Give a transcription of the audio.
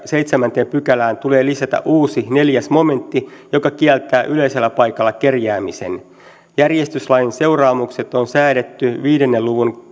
seitsemänteen pykälään tulee lisätä uusi neljäs momentti joka kieltää yleisellä paikalla kerjäämisen järjestyslain seuraamukset on säädetty viiden luvun